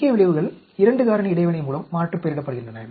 முக்கிய விளைவுகள் 2 காரணி இடைவினை மூலம் மாற்றுப்பெயரிடப்படுகின்றன